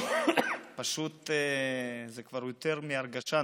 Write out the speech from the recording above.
פשוט זה כבר יותר מהרגשה.